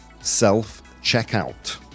self-checkout